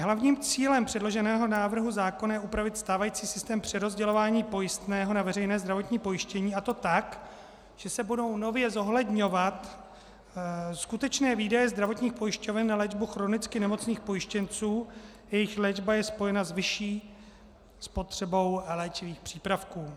Hlavním cílem předloženého návrhu zákona je upravit stávající systém přerozdělování pojistného na veřejné zdravotní pojištění, a to tak, že se budou nově zohledňovat skutečné výdaje zdravotních pojišťoven na léčbu chronicky nemocných pojištěnců, jejichž léčba je spojena s vyšší spotřebou léčivých přípravků.